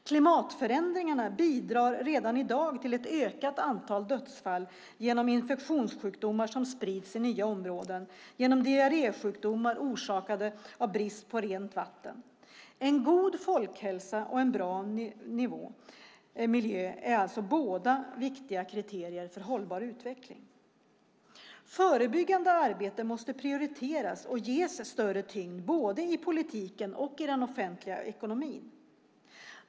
Klimatförändringarna bidrar redan i dag till ett ökat antal dödsfall genom infektionssjukdomar som sprids till nya områden och genom diarrésjukdomar orsakade av brist på rent vatten. En god folkhälsa och en bra miljö är alltså båda viktiga kriterier för en hållbar utveckling. Förebyggande arbete måste prioriteras och ges större tyngd både i politiken och i den offentliga ekonomin.